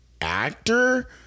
actor